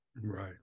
right